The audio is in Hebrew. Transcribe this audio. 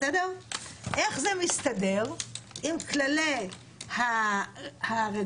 איך זה מסתדר עם כללי הרגולציה,